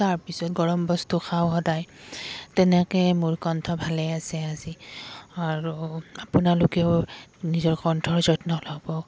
তাৰপিছত গৰম বস্তু খাওঁ সদায় তেনেকৈ মোৰ কণ্ঠ ভালেই আছে আজি আৰু আপোনালোকেও নিজৰ কণ্ঠৰ যত্ন ল'ব